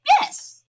Yes